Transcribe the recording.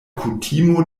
kutimo